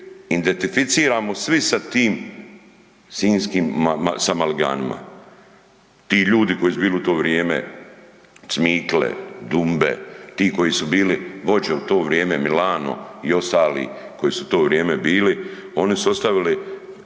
identificiramo svi sa tim Sinjskim sa maliganima. Ti ljudi koji su bili u to vrijeme, Cmikle, Dumbe, ti koji su bili vođe u to vrijeme, Milano i ostali koji su u to vrijeme bili, oni su ostavili